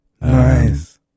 Nice